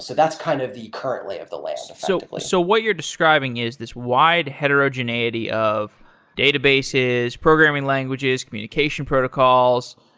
so that's kind of the current lay of the land, effectively. so what you're describing is this wide heterogeneity of databases, programming languages, communication protocols,